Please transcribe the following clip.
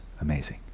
amazing